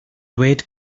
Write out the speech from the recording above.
dweud